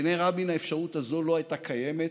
בעיני רבין, האפשרות הזאת לא הייתה קיימת.